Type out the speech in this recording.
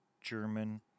German